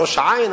בראש-העין,